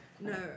No